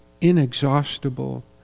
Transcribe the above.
inexhaustible